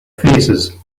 faces